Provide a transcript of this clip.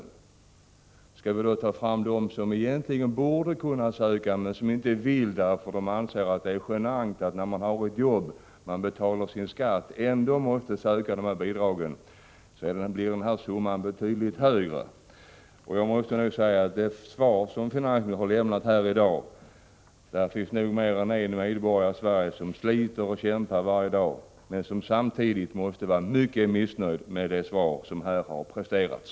Om vi sedan också tar fasta på hur många de är som egentligen skulle behöva söka socialbidrag men som inte vill det, därför att de anser det vara genant att göra det eftersom de har ett jobb och betalar sin skatt, blir antalet betydligt större. Jag måste nog säga att det bland de medborgare i Sverige som sliter och kämpar varje dag säkert finns mer än en som är mycket missnöjd med det svar som här har presterats.